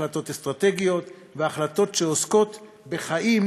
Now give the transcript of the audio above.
החלטות אסטרטגיות והחלטות שעוסקות בחיים